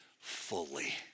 fully